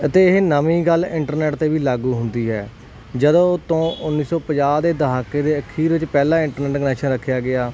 ਅਤੇ ਇਹ ਨਵੀਂ ਗੱਲ ਇੰਟਰਨੈਟ ਤੇ ਵੀ ਲਾਗੂ ਹੁੰਦੀ ਹੈ ਜਦੋਂ ਤੋਂ ਉੱਨੀ ਸੋ ਪੰਜਾਹ ਦੇ ਦਹਾਕੇ ਦੇ ਅਖੀਰ ਵਿੱਚ ਪਹਿਲਾਂ ਇੰਟਰਨੈਟ ਰੱਖਿਆ ਗਿਆ